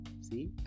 See